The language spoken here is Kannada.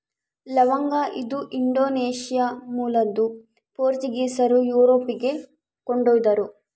ಲವಂಗ ಇದು ಇಂಡೋನೇಷ್ಯಾ ಮೂಲದ್ದು ಪೋರ್ಚುಗೀಸರು ಯುರೋಪಿಗೆ ಕೊಂಡೊಯ್ದರು